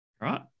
right